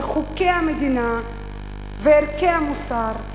על חוקי המדינה וערכי המוסר,